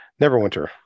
Neverwinter